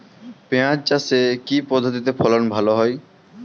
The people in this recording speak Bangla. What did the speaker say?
পিঁয়াজ চাষে কি পদ্ধতিতে ফলন ভালো হয়?